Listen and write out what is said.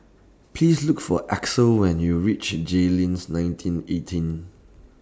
Please Look For Axel when YOU REACH Jayleen's nineteen eighteen